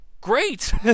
great